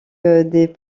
des